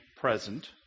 present